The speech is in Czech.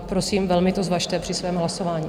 Prosím, velmi to zvažte při svém hlasování.